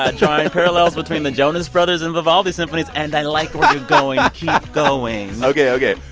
ah drawing parallels between the jonas brothers and vivaldi symphonies. and i like where you're going keep going ok, ok.